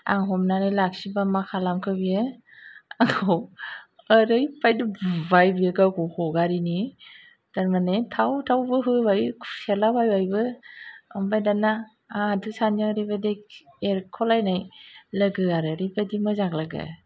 आं हमनानै लाखिबा मा खालामखो बियो आंखौ ओरैबायदि बुबाय बे गावखौ हगारैनि थारमानि थाव थावबो होबाय खुसेरला बायबायबो ओमफाय दाना आंहाथ' सानो खि एरख'लायनाय लोगो आरो ओरैबायदि मोजां लोगो